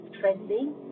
trending